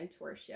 mentorship